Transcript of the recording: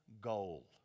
goal